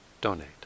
donate